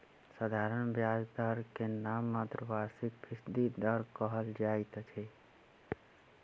साधारण ब्याज दर के नाममात्र वार्षिक फीसदी दर कहल जाइत अछि